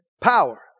Power